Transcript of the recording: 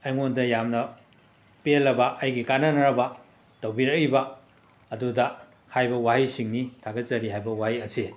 ꯑꯩꯉꯣꯟꯗ ꯌꯥꯝꯅ ꯄꯦꯜꯂꯕ ꯑꯩꯒꯤ ꯀꯥꯟꯅꯅꯅꯕ ꯇꯧꯕꯤꯔꯛꯏꯕ ꯑꯗꯨꯗ ꯍꯥꯏꯕ ꯋꯥꯍꯩꯁꯤꯡꯅꯤ ꯊꯥꯒꯠꯆꯔꯤ ꯍꯥꯏꯕ ꯋꯥꯍꯩ ꯑꯁꯦ